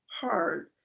hard